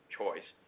choice